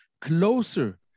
closer